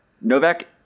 Novak